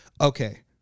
Okay